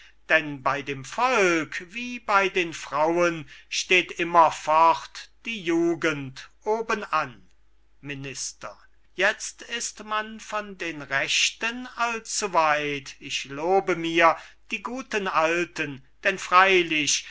denn bey dem volk wie bey den frauen steht immerfort die jugend oben an minister jetzt ist man von dem rechten allzuweit ich lobe mir die guten alten denn freylich